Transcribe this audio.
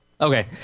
Okay